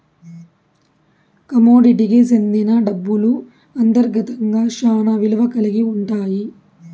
కమోడిటీకి సెందిన డబ్బులు అంతర్గతంగా శ్యానా విలువ కల్గి ఉంటాయి